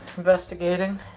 investigating.